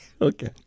okay